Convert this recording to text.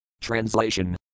Translation